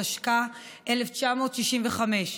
התשכ"ה 1965,